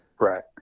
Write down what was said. right